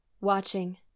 watching